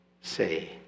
say